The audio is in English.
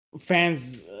fans